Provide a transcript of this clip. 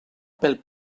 pel